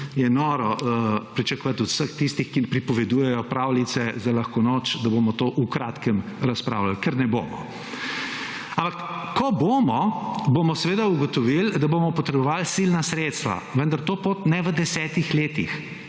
je noro pričakovat od vseh tistih, ki jim pripovedujejo pravljice za lahko noč, da bomo to v kratkem razpravljali, ker ne bomo. Ampak ko bomo, bomo seveda ugotovili, da bomo potrebovali silna sredstva, vendar to pot ne v desetih letih,